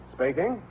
Speaking